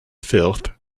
filth